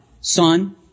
son